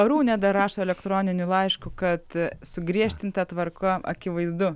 arūnė dar rašo elektroniniu laišku kad sugriežtinta tvarka akivaizdu